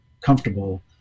comfortable